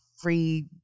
free